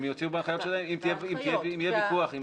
הם יוציאו בהנחיות אם יהיה ויכוח אם